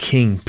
King